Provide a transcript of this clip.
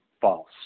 false